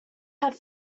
have